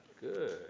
Good